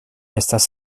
estas